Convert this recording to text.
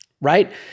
right